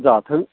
जाथों